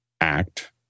act